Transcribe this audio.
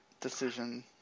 decision